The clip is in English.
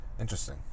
Interesting